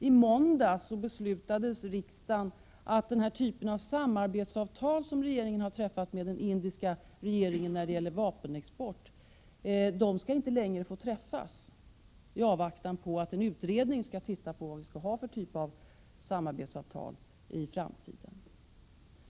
I tisdags beslutade riksdagen att den typ av samarbetsavtal som regeringen har träffat med den indiska regeringen i fråga om vapenexport inte längre skall få träffas, i avvaktan på att en utredning skall se på vilken typ av samarbetsavtal vi skall ha i framtiden.